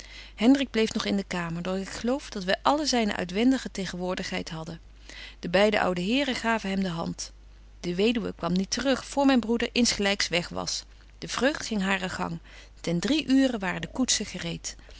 hendrik bleef nog in de kamer doch ik geloof dat wy alleen zyne uitwendige tegenwoordigheid hadden de beide oude heren gaven hem de hand de weduwe kwam niet te rug voor myn broeder insgelyks weg was de vreugd ging haren gang ten drie uubetje wolff en